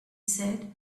said